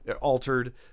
altered